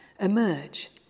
emerge